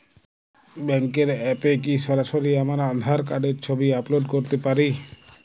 ব্যাংকের অ্যাপ এ কি সরাসরি আমার আঁধার কার্ডের ছবি আপলোড করতে পারি?